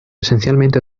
esencialmente